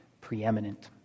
preeminent